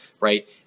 right